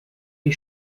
die